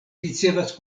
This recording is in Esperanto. ricevas